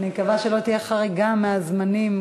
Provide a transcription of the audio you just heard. אני מקווה שלא תהיה חריגה מהזמנים,